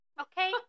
Okay